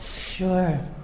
Sure